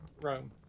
Rome